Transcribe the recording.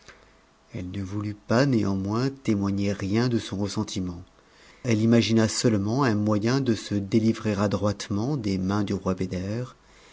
elle ne voulut pas néanmoins témoigner rien de son ressentiment elle imagina seulement un moyen de se détivrer adroitement des mains du roi